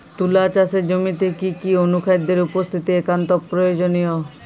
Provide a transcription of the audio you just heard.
তুলা চাষের জমিতে কি কি অনুখাদ্যের উপস্থিতি একান্ত প্রয়োজনীয়?